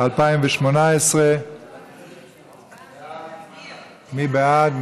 התשע"ח 2018. מי בעד?